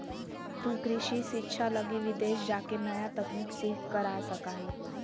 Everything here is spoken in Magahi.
तु कृषि शिक्षा लगी विदेश जाके नया तकनीक सीख कर आ सका हीं